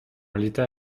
l’état